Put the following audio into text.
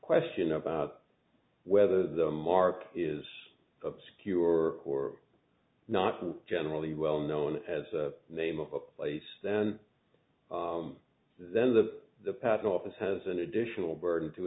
question about whether the market is obscure or not generally well known as a name of a place then then the patent office has an additional burden to